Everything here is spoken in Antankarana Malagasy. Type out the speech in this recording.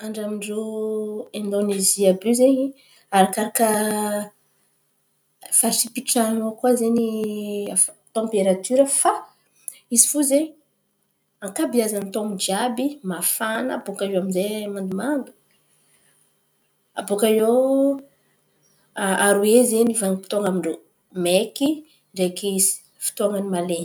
Andra amin-drô Indonezia àby iô zen̈y, arakaraka faritry ipitrahan̈ao koa zen̈y tamperatiora. Izy fo zen̈y ankabeazan'ny taon̈o jiàby mafana baka iô aminjay mandomando. Abaka iô a- aroe zen̈y vanim-potoan̈an-drô: maiky ndraiky fotoan̈an'ny malen̈y.